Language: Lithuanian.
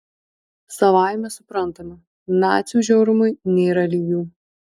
savaime suprantama nacių žiaurumui nėra lygių